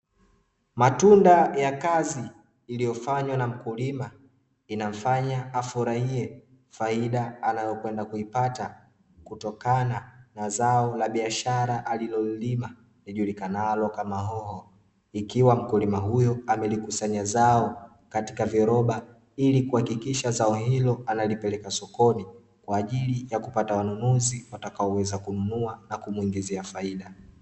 Matunda ya Kazi iliyofanywa na mkulima inamfanya afurahie faida anayoenda kuipata kutokana na zao la biashara alilolilima lijulikanalo kama hoho, ikiwa mkulima huyo amelikusanya zao katika viroba ili kuhakikisha zao hilo analipeleka sokoni, kwa ajili ya kupata wanunuzi watakaoweza kununua na kumwingizia faida.